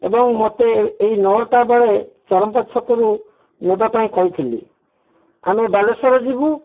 ଏବଂ ମୋତେ ଏଇ ନଅଟା ବେଳେ ଚରମ୍ପା ଛକରୁ ନେବା ପାଇଁ କହିଥିଲି ଆମେ ବାଲେଶ୍ଵର ଯିବୁ